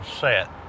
set